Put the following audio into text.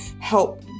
help